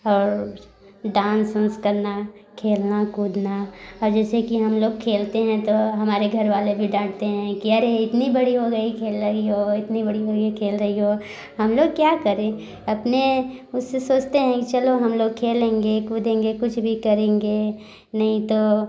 और डांस उन्स करना खेलना कूदना और जैसे कि हम लोग खेलते हैं तो हमारे घर वाले भी डांटते हैं कि अरे इतनी बड़ी हो गई खेल रही हो इतनी बड़ी हो गई खेल रही हो हम लोग क्या करें अपने उससे सोचते हैं चलो हम लोग खेलेंगे कूदेंगे कुछ भी करेंगे नहीं तो